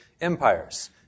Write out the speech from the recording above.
empires